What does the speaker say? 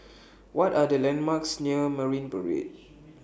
What Are The landmarks near Marine Parade